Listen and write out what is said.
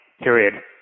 period